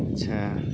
اچھا